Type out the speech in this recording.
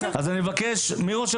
אז אני מבקש שיירשם